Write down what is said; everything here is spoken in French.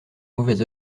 mauvais